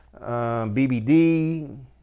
BBD